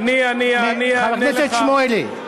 חבר הכנסת שמולי.